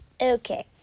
Okay